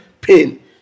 pain